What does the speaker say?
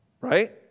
right